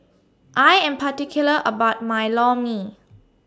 I Am particular about My Lor Mee